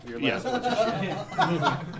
Yes